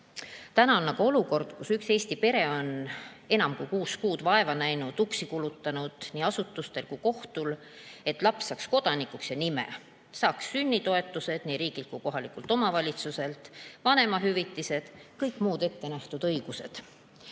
on aga olukord, kus üks Eesti pere on enam kui kuus kuud vaeva näinud, kulutanud nii asutuste uksi kui ka kohtu ust, et laps saaks kodanikuks ja nime, et ta saaks sünnitoetused nii riigilt kui ka kohalikult omavalitsuselt, vanemahüvitised ja kõik muud ette nähtud õigused. See